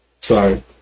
Sorry